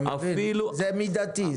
זה מידתי.